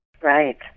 Right